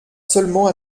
seulement